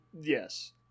Yes